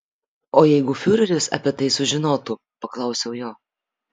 o jeigu fiureris apie tai sužinotų paklausiau jo